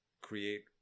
create